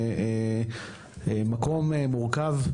מקום מורכב,